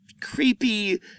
creepy